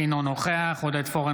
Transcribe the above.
אינו נוכח עודד פורר,